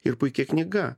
ir puiki knyga